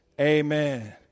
Amen